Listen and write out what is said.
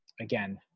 again